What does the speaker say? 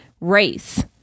race